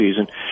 season